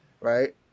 right